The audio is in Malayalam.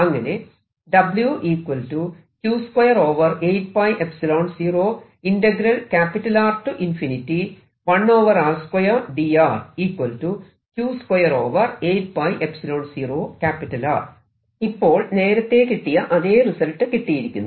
അങ്ങനെ ഇപ്പോൾ നേരത്തെ കിട്ടിയ അതെ റിസൾട്ട് കിട്ടിയിരിക്കുന്നു